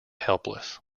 helpless